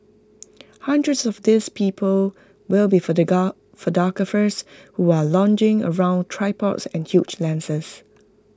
hundreds of these people will be photographers who are lugging around tripods and huge lenses